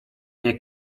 nie